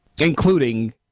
Including